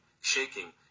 shaking